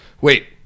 Wait